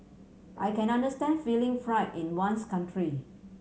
I can understand feeling pride in one's country